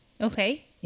Okay